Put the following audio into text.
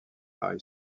high